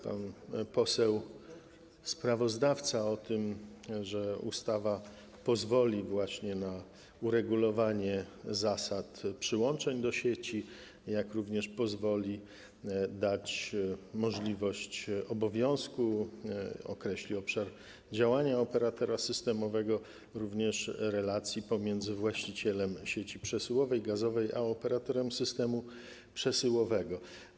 Pan poseł sprawozdawca mówił, że ustawa pozwoli na uregulowanie zasad przyłączeń do sieci, jak również pozwoli dać możliwość obowiązku, określi obszar działania operatora systemowego, relacji pomiędzy właścicielem sieci przesyłowej, gazowej a operatorem systemu przesyłowego.